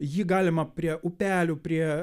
jį galima prie upelių prie